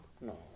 No